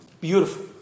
Beautiful